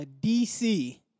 DC